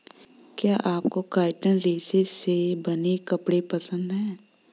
क्या आपको काइटिन रेशे से बने कपड़े पसंद है